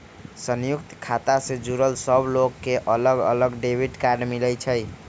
संयुक्त खाता से जुड़ल सब लोग के अलग अलग डेबिट कार्ड मिलई छई